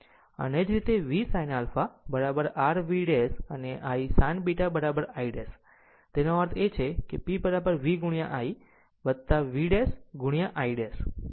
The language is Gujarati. એ જ રીતે V sin α is r V 'અને I sin β I ' તેનો અર્થ છે P V I V ' I '